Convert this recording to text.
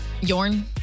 Yorn